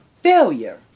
failure